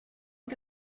que